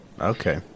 Okay